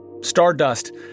Stardust